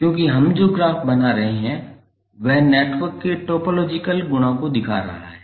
क्योंकि हम जो ग्राफ बना रहे हैं वह नेटवर्क के टोपोलॉजिकल गुणों को दिखा रहा है